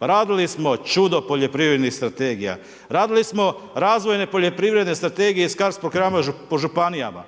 Radili smo čudo poljoprivrednih strategija, radili smo razvojne poljoprivredne strategije .../Govornik se ne razumije./... po županijama,